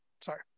sorry